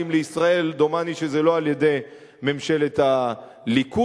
לישראל" דומני שזה לא על-ידי ממשלת הליכוד,